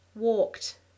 Walked